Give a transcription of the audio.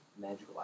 Magical